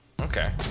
Okay